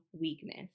weakness